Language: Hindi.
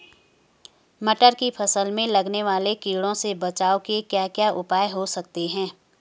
मटर की फसल में लगने वाले कीड़ों से बचाव के क्या क्या उपाय हो सकते हैं?